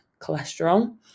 cholesterol